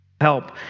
help